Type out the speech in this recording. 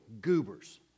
goobers